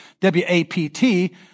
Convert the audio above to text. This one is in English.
WAPT